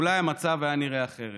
אולי המצב היה נראה אחרת.